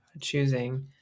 choosing